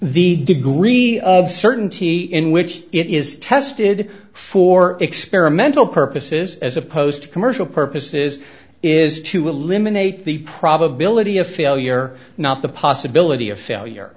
the degree of certainty in which it is tested for experimental purposes as opposed to commercial purposes is to eliminate the probability of failure not the possibility of failure